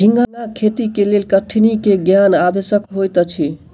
झींगाक खेती के लेल कठिनी के ज्ञान आवश्यक होइत अछि